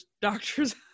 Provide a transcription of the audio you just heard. doctors